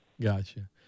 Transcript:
Gotcha